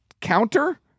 counter